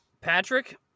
Patrick